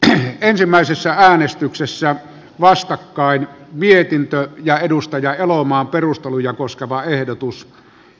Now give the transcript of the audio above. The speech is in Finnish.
tähän ensimmäisessä äänestyksessä vastakkain mietintö ja edustaja elomaan perusteluja koskeva ehdotus